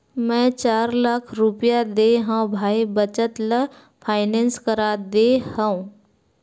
मै चार लाख रुपया देय हव भाई बचत ल फायनेंस करा दे हँव